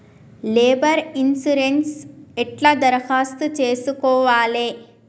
Labour insurance ఎట్ల దరఖాస్తు చేసుకోవాలే?